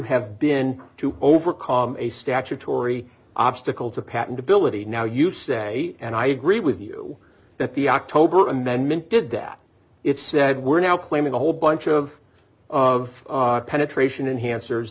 have been to overcome a statutory obstacle to patent ability now you say and i agree with you that the october amendment did that it said we're now claiming a whole bunch of of penetration